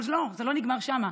אבל לא, זה לא נגמר שם.